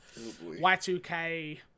Y2K